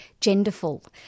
genderful